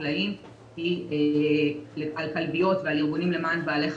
חקלאיים היא על כלביות ועל ארגונים למען בעלי חיים,